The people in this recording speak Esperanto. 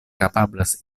kapablas